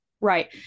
Right